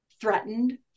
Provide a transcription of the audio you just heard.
threatened